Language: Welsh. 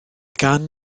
gan